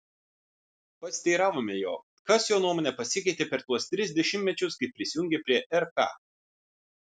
pasiteiravome jo kas jo nuomone pasikeitė per tuos tris dešimtmečius kai prisijungė prie rk